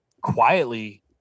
quietly